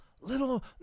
little